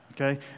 okay